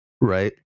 Right